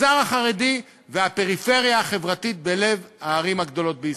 המגזר החרדי והפריפריה החברתית בלב הערים הגדולות בישראל.